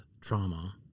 trauma